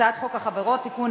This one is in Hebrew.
הצעת חוק החברות (תיקון,